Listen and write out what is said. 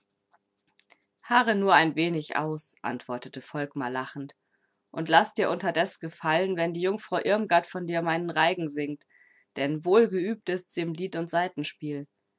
harre nur ein wenig aus antwortete volkmar lachend und laß dir unterdes gefallen wenn die jungfrau irmgard vor dir meine reigen singt denn wohlgeübt ist sie im lied und saitenspiel